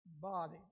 body